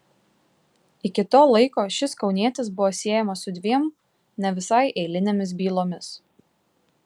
iki to laiko šis kaunietis buvo siejamas su dviem ne visai eilinėmis bylomis